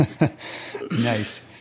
Nice